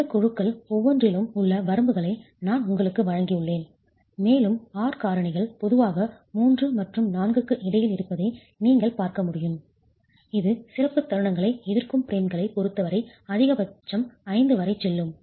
இந்தக் குழுக்கள் ஒவ்வொன்றிலும் உள்ள வரம்புகளை நான் உங்களுக்கு வழங்கியுள்ளேன் மேலும் R காரணிகள் பொதுவாக 3 மற்றும் 4 க்கு இடையில் இருப்பதை நீங்கள் பார்க்க முடியும் இது சிறப்பு தருணங்களை எதிர்க்கும் பிரேம்களைப் பொருத்தவரை அதிகபட்சம் 5 வரை செல்லும்